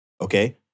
Okay